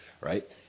right